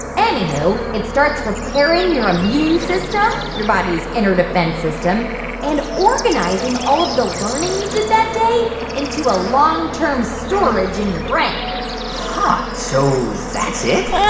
anywho, it starts repairing your immune system your body's inner defense system and organizing all of the learning you did that day into a long-term storage in your brain huh. so so that's it?